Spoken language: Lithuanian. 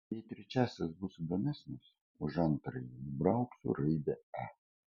jei trečiasis bus įdomesnis už antrąjį nubrauksiu raidę e